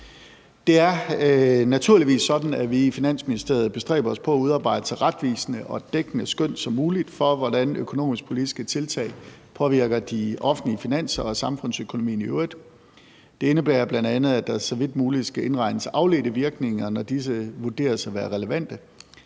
Det er naturligvis sådan, at vi i Finansministeriet bestræber os på at udarbejde så retvisende og dækkende skøn som muligt for, hvordan økonomisk-politiske tiltag påvirker de offentlige finanser og samfundsøkonomien i øvrigt. Det indebærer bl.a., at der så vidt muligt skal indregnes afledte virkninger, når disse vurderes at være relevante.